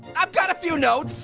i've got a few notes